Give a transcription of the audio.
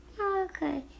Okay